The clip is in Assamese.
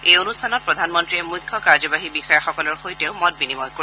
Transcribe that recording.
এই অনুষ্ঠানত প্ৰধানমন্ত্ৰীয়ে মুখ্য কাৰ্যবাহী বিষয়াসকলৰ সৈতেও মত বিনিময় কৰিব